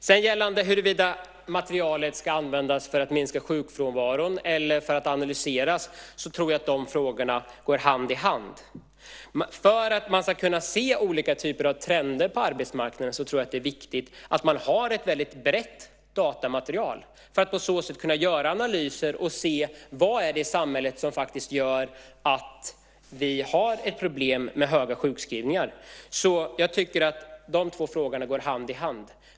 Sedan gällde det huruvida materialet ska användas för att minska sjukfrånvaron eller för att analyseras. Jag tror att de frågorna går hand i hand. För att man ska kunna se olika typer av trender på arbetsmarknaden tror jag att det är viktigt att man har ett väldigt brett datamaterial för att man på så sätt ska kunna göra analyser och se vad det är i samhället som faktiskt gör att vi har ett problem med många sjukskrivningar. Jag tycker att de två frågorna går hand i hand.